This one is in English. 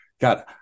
God